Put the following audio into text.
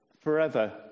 forever